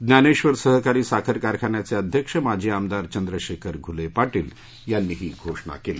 ज्ञानेश्वर सहकारी साखर कारखान्याचे अध्यक्ष माजी आमदार चंद्रशेखर घुले पाटील यांनी ही घोषणा केली